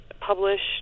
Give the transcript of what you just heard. published